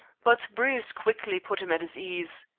but bruce quickly put him at his ease.